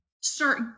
start